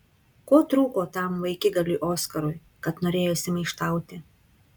ko trūko tam vaikigaliui oskarui kad norėjosi maištauti